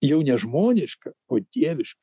jau nežmoniška o dieviška